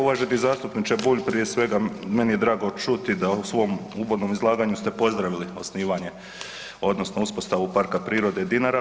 Uvaženi zastupniče Bulj, prije svega meni je drago čuti da u svom uvodnom izlaganju ste pozdravili osnivanje odnosno uspostavu Parka prirode Dinara.